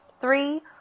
Three